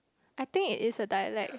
I think it is a dialect